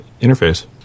interface